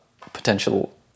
potential